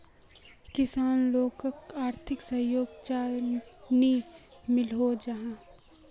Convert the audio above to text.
किसान लोगोक आर्थिक सहयोग चाँ नी मिलोहो जाहा?